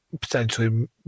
potentially